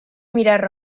mirar